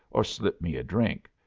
or slip me a drink.